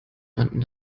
rannten